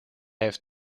heeft